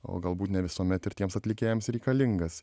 o galbūt ne visuomet ir tiems atlikėjams reikalingas